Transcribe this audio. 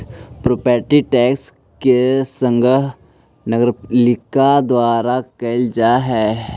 property tax के संग्रह नगरपालिका द्वारा कैल जा हई